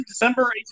December